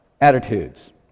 attitudes